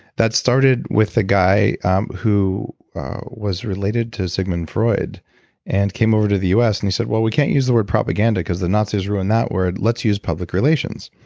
that started with a guy who was related to sigmund freud and came over to the us and he said, well we can't use the word propaganda because the nazi's ruined that word, let's use public relations.